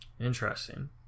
interesting